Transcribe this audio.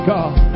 God